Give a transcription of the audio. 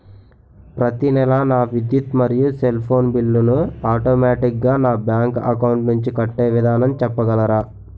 ప్రతి నెల నా విద్యుత్ మరియు సెల్ ఫోన్ బిల్లు ను ఆటోమేటిక్ గా నా బ్యాంక్ అకౌంట్ నుంచి కట్టే విధానం చెప్పగలరా?